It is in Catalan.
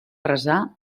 resar